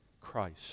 Christ